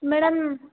madam